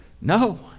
No